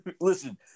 listen